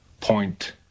Point